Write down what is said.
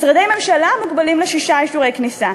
משרדי ממשלה מוגבלים לשישה אישורי כניסה.